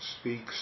speaks